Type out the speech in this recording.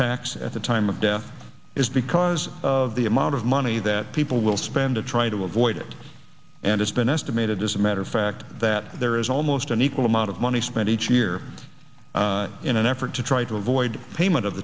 tax at the time of death is because of the amount of money that people will spend to try to avoid it and it's been estimated as a matter of fact that there is almost an equal amount of money spent each year in an effort to try to avoid payment of